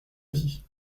vie